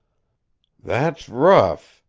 that's rough,